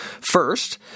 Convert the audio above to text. first